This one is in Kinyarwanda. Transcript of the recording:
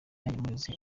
yamureze